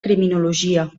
criminologia